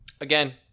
again